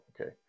okay